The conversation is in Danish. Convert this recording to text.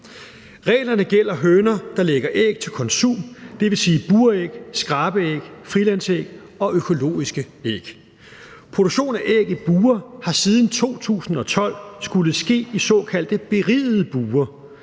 Reglerne gælder høner, der lægger æg til konsum, dvs. buræg, skrabeæg, frilandsæg og økologiske æg. Produktion af æg i bure har siden 2012 skullet ske i såkaldte berigede bure.